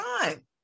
time